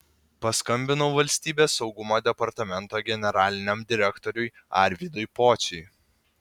paskambinau valstybės saugumo departamento generaliniam direktoriui arvydui pociui